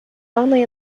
only